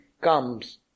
comes